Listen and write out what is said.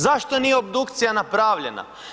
Zašto nije obdukcija napravljena?